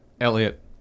Elliot